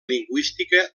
lingüística